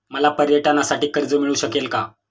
मला पर्यटनासाठी कर्ज मिळू शकेल का?